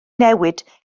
newid